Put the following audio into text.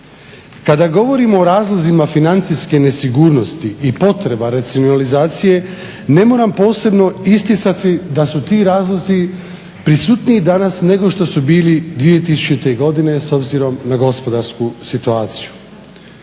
Kada govorimo o razlozima financijske nesigurnosti i potreba racionalizacije ne moram posebno isticati da su ti razlozi prisutniji danas nego što su bili 2000. godine s obzirom na gospodarsku situaciju.